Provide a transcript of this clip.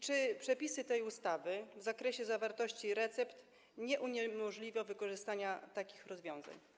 Czy przepisy tej ustawy odnoszące się do zawartości recept nie uniemożliwią wykorzystania takich rozwiązań?